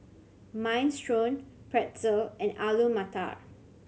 Minestrone Pretzel and Alu Matar